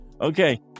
Okay